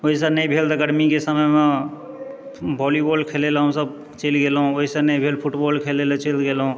ओहिसँ नहि भेल तऽ गरमीके समयमे भोलीबॉल खेलै लए हमसब चलि गेलहुँ ओहिसँ नहि भेल फुटबॉल खेलै लए चलि गेलहुँ